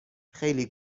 خیلی